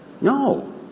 No